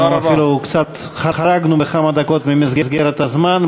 אנחנו אפילו קצת חרגנו, בכמה דקות, ממסגרת הזמן.